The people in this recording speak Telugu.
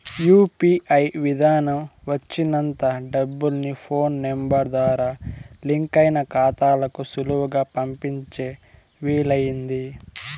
యూ.పీ.ఐ విదానం వచ్చినంత డబ్బుల్ని ఫోన్ నెంబరు ద్వారా లింకయిన కాతాలకు సులువుగా పంపించే వీలయింది